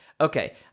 Okay